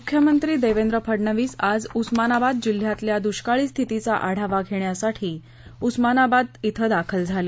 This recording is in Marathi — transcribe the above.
मुख्यमंत्री देवेंद्र फडणवीस आज उस्मानाबाद जिल्ह्यातल्या द्रष्काळी स्थितीचा आढावा घेण्यासाठी उस्मानाबाद श्वे दाखल झाले